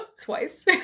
twice